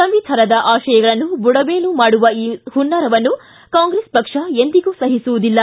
ಸಂವಿಧಾನದ ಆಶಯಗಳನ್ನು ಬುಡಮೇಲು ಮಾಡುವ ಈ ಹುನ್ನಾರವನ್ನು ಕಾಂಗ್ರೆಸ್ ಪಕ್ಷ ಸಹಿಸುವುದಿಲ್ಲ